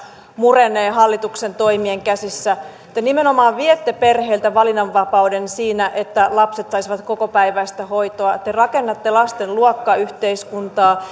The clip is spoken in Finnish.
murenee hallituksen toimien käsissä te nimenomaan viette perheeltä valinnanvapauden siinä että lapset saisivat kokopäiväistä hoitoa te rakennatte lasten luokkayhteiskuntaa